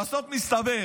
בסוף מסתבר